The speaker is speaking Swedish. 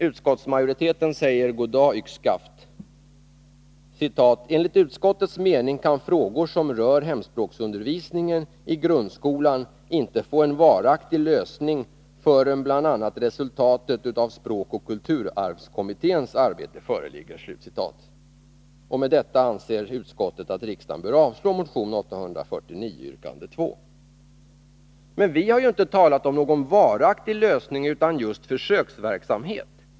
Utskottsmajoriteten säger goddag-yxskaft: ”Enligt utskottets mening kan frågor som rör hemspråksundervisningen i grundskolan inte få en varaktig lösning förrän bl.a. resultatet av SKU” — språkoch kulturarvskommittén — ”föreligger. Med detta anser utskottet att riksdagen bör avslå motion 1982/83:849 yrkande 2.” Men vi har ju inte talat om en varaktig lösning utan just försöksverksamhet.